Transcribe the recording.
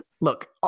Look